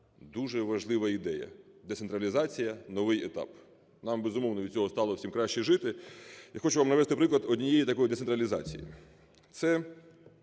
Дуже важлива ідея: "Децентралізація. Новий етап". Нам, безумовно, від цього стало всім краще жити. Я хочу вам навести приклад однієї такої децентралізації.